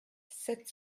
sept